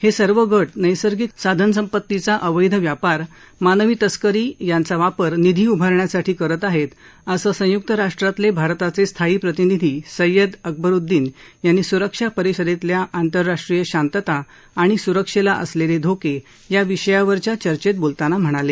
हे सर्व गट नैसर्गिक साधनसंपत्तीचा अवैध व्यापार मानवी तस्करी यांचा वापर निधी उभारण्यासाठी करत आहेत असं संयुक्त राष्ट्रांतले भारताचे स्थायी प्रतिनिधी सय्यद अकबरुद्दीन यांनी सुरक्षा परिषदेतल्या आंतरराष्ट्रीय शांतता आणि सुरक्षेला असलेले धोके या विषयावरील चर्चेत बोलताना म्हणाले